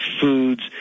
foods